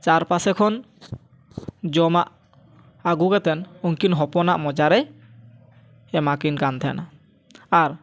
ᱪᱟᱨᱯᱟᱥᱮ ᱠᱷᱚᱱ ᱡᱚᱢᱟᱜ ᱟᱹᱜᱩ ᱠᱟᱛᱮᱱ ᱩᱱᱠᱤᱱ ᱦᱚᱯᱚᱱᱟᱜ ᱢᱚᱪᱟᱨᱮᱭ ᱮᱢᱟᱠᱤᱱ ᱠᱟᱱ ᱛᱟᱦᱮᱸᱱᱟ ᱟᱨ